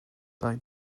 dau